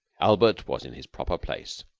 albert was in his proper place,